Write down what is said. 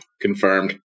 Confirmed